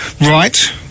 Right